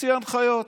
הוציא הנחיות.